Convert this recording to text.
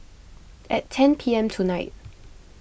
at ten P M tonight